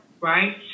right